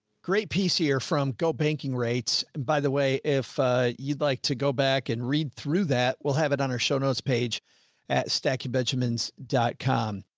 great piece here from go banking rates. by the way, if you'd like to go back and read through that, we'll have it on our show notespage staciebenjamins com.